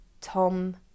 Tom